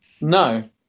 No